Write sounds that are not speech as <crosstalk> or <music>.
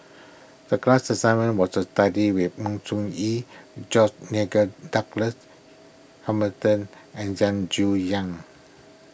the class assignment was to study with Sng Choon Yee George Nigel Douglas <hesitation> Hamilton and Zen Jiu Yang